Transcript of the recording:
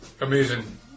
amazing